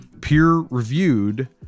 peer-reviewed